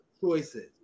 choices